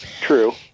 True